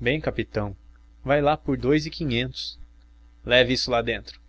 bem capitão vá lá por dous e quinhentos leve isso lá dentro